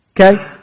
Okay